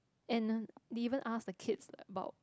and uh they even ask the kids about